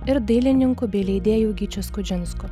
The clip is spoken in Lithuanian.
ir dailininku bei leidėju gyčiu skudžinsku